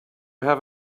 have